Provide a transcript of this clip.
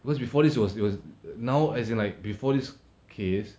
because before this was it was now as in like before this case